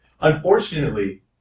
Unfortunately